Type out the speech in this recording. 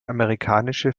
amerikanische